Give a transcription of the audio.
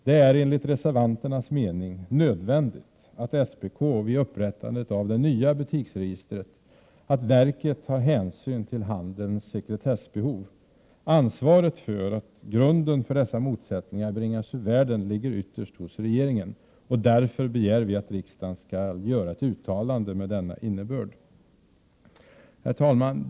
Det är enligt reservanternas mening nödvändigt att SPK vid upprättandet av det nya butiksregistret tar hänsyn till handelns sekretessbehov. Ansvaret för att grunden för dessa motsättningar bringas ur världen ligger ytterst hos regeringen. Därför begär vi att riksdagen skall göra ett uttalande med denna innebörd. Herr talman!